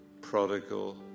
Prodigal